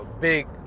big